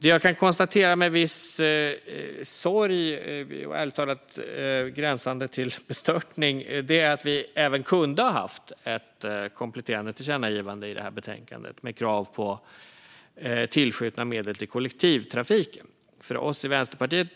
Det jag kan konstatera med viss sorg, ärligt talat gränsande till bestörtning, är att vi även kunde ha haft ett kompletterande tillkännagivande i det här betänkandet med krav på tillskjutna medel till kollektivtrafiken. För oss i Vänsterpartiet